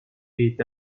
est